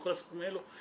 בכל הדברים האלו,